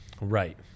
right